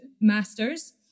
master's